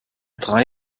drei